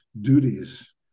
duties